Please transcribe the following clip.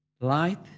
Light